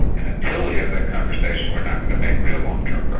and until we have that conversation we're not going to make real long term